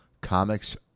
comics